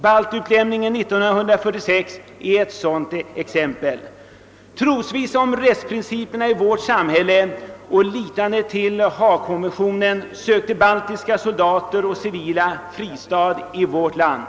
Baltutlämningen 1946 är ett sådant exempel. Trosvissa när det gällde rättsprinciperna i vårt samhälle och litande till Haagkonventionen sökte baltiska soldater och civila fristad i vårt land.